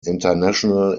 international